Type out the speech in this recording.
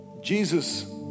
Jesus